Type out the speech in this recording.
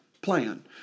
plan